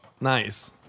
Nice